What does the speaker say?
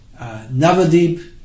Navadip